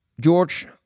George